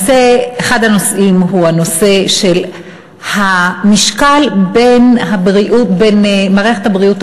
אחד מהם הוא הנושא של המשקל של מערכת הבריאות